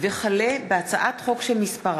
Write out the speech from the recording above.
הצעת חוק העסקת עובדי